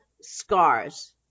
scars